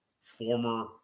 former